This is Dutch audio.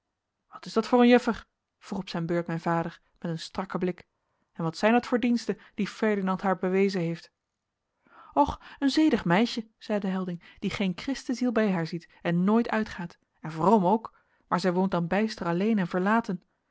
wat is dat voor een juffer vroeg op zijn beurt mijn vader met een strakken blik en wat zijn dat voor diensten die ferdinand haar bewezen heeft och een zedig meisje zeide helding die geen christenziel bij haar ziet en nooit uitgaat en vroom ook maar zij woont dan bijster alleen en verlaten